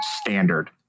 standard